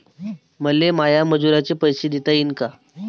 मले माया मजुराचे पैसे देता येईन का?